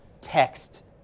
text